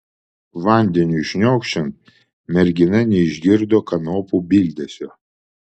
vandeniui šniokščiant mergina neišgirdo kanopų bildesio